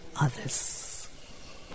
others